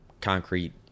concrete